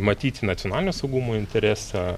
matyti nacionalinio saugumo interesą